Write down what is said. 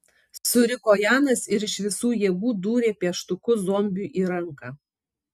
suriko janas ir iš visų jėgų dūrė pieštuku zombiui į ranką